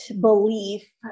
belief